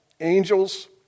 angels